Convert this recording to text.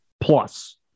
Plus